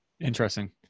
interesting